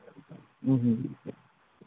ꯎꯝ ꯎꯝ